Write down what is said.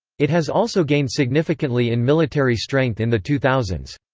it has also gained significantly in military strength in the two thousand